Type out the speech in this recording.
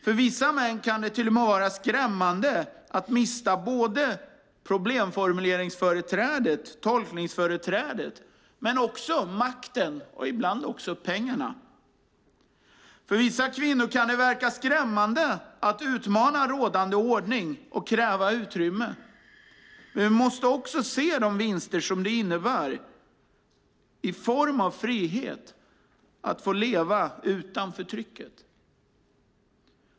För vissa män kan det till och med vara skrämmande att mista problemformuleringsföreträdet, tolkningsföreträdet, men också makten och ibland också pengarna. För vissa kvinnor kan det verka skrämmande att utmana rådande ordning och kräva utrymme. Men vi måste också se de vinster som det innebär i form av frihet att få leva utan förtrycket.